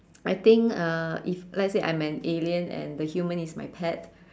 I think uh if let's say I'm an alien and the human is my pet